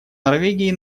норвегии